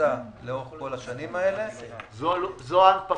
ממוצע לאורך כל השנים האלה --- זאת התוצאה.